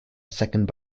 second